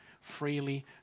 freely